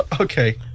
Okay